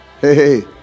Hey